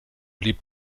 blieb